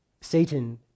Satan